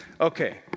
Okay